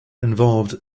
involved